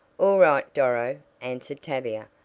all right, doro, answered tavia.